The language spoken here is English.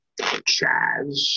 Chaz